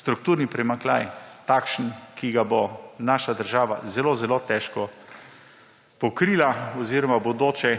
strukturni primanjkljaj takšen, ki ga bo naša država zelo, zelo težko pokrila oziroma v bodoče